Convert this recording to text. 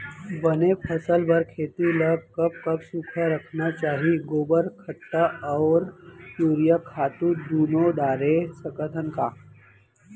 बने फसल बर खेती ल कब कब सूखा रखना चाही, गोबर खत्ता और यूरिया खातू दूनो डारे सकथन का?